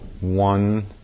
one